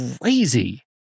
crazy